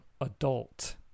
adult